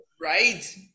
Right